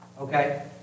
Okay